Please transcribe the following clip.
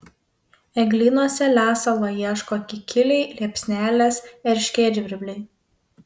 eglynuose lesalo ieško kikiliai liepsnelės erškėtžvirbliai